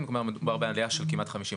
ואותו דבר גם את הגרר.